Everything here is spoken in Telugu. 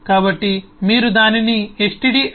కాబట్టి మీరు దానిని stdio